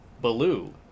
Baloo